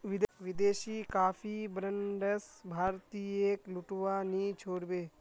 विदेशी coffee brands भारतीयेक लूटवा नी छोड़ बे